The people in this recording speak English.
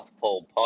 Pole